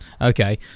Okay